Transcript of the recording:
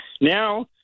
Now